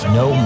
no